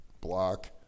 block